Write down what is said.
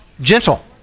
gentle